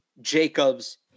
Jacobs